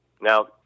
Now